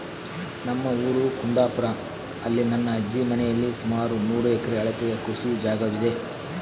ನಮ್ಮ ಊರು ಕುಂದಾಪುರ, ಅಲ್ಲಿ ನನ್ನ ಅಜ್ಜಿ ಮನೆಯಲ್ಲಿ ಸುಮಾರು ಮೂರು ಎಕರೆ ಅಳತೆಯ ಕೃಷಿ ಜಾಗವಿದೆ